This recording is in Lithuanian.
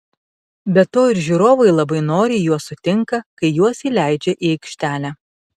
be to ir žiūrovai labai noriai juos sutinka kai juos įleidžia į aikštelę